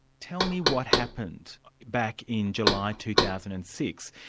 tell me what happened back in july two thousand and six.